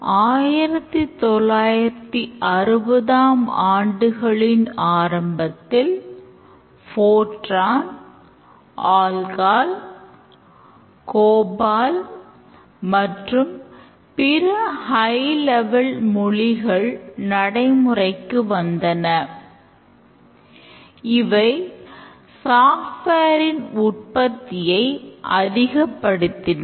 1960ம் ஆண்டுகளின் ஆரம்பத்தில் போட்டான்ன் உற்பத்தியை அதிகப்படுத்தின